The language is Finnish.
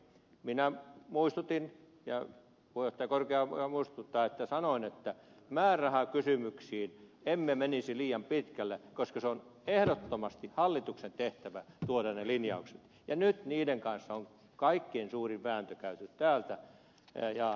minä muistutin ja puheenjohtaja korkeaoja muistaa että sanoin että määrärahakysymyksiin emme menisi liian pitkälle koska on ehdottomasti hallituksen tehtävä tuoda ne linjaukset ja nyt niiden kanssa on kaikkein suurin vääntö käyty täällä